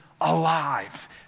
alive